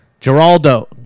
Geraldo